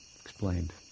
explained